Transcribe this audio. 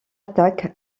attaque